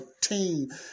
team